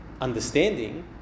understanding